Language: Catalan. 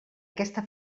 aquesta